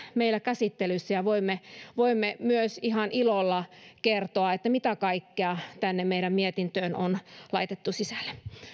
meillä käsittelyssä ja voimme voimme myös ihan ilolla kertoa mitä kaikkea tänne meidän mietintöömme on laitettu sisälle